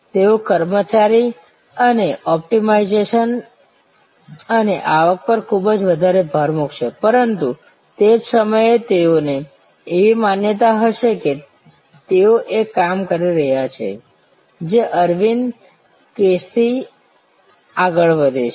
તેઓ કાર્યક્ષમતા અને ઑપ્ટિમાઇઝેશન અને આવક પર ખૂબ જ વધારે ભાર મૂકશે પરંતુ તે જ સમયે તેઓને એવી માન્યતા હશે કે તેઓ એક કામ કરી રહ્યા છે જે અરવિંદ કેસથી આગળ વધે છે